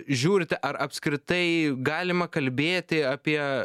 žiūrit ar apskritai galima kalbėti apie